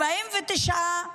49,